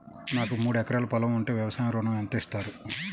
నాకు మూడు ఎకరాలు పొలం ఉంటే వ్యవసాయ ఋణం ఎంత ఇస్తారు?